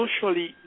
socially